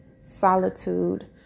solitude